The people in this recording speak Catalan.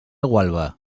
gualba